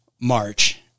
march